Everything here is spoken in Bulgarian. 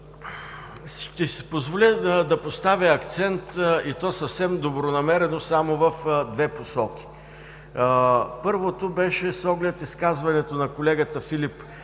си позволя да поставя акцент, и то съвсем добронамерено, само в две посоки. Първо, с оглед изказването на колегата Филип